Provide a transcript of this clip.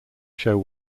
show